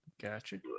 gotcha